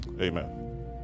amen